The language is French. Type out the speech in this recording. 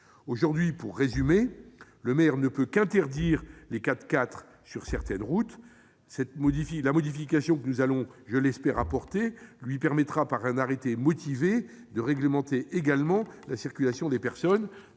Aujourd'hui, pour résumer, le maire ne peut qu'interdire les 4x4 sur certaines routes. La modification que nous allons, je l'espère, adopter, permettra à ce dernier, par un arrêté motivé, de réglementer également la circulation des personnes,